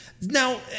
now